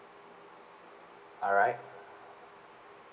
alright